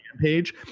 page